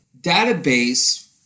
database